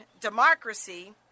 democracy